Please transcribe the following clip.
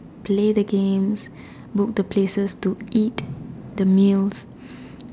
play the games book the places to eat the meals